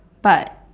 but